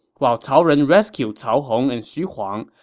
while cao ren rescued cao hong and xu huang,